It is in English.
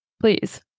Please